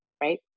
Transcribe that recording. right